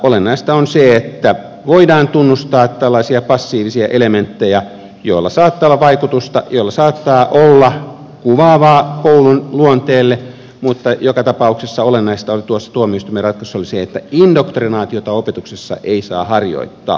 olennaista on se että voidaan tunnustaa tällaisia passiivisia elementtejä joilla saattaa olla vaikutusta jotka saattavat olla kuvaavia koulun luonteelle mutta joka tapauksessa olennaista tuossa tuomioistuimen ratkaisussa oli se että indoktrinaatiota opetuksessa ei saa harjoittaa